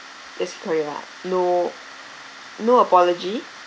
just keep quiet lah no no apology